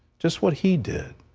just what he did.